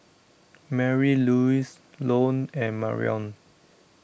Marylouise Lone and Marion